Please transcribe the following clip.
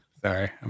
Sorry